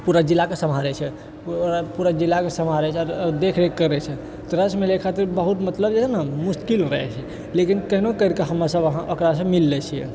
पूरा जिलाके सम्हारै छै पूरा पूरा जिलाके सम्हारै छै आ देखरेख करै छै तऽ ओकरा से मिलैके खातिर बहुत मतलब जे हइ ने मुश्किल भए जाइ छै लेकिन केहनो कैरिके हमरा सब ओकरा से मिल लै छियै